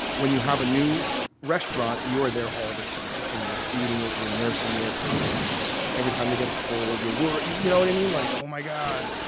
when you have a new restaurant, you are there all the time. and you're feeding it. you're nursing it. and every time they get a cold, you're worry you know what i mean? like, oh, my god.